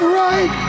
right